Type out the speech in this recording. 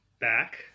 back